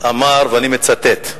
שאמר, ואני מצטט: